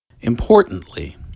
Importantly